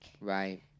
Right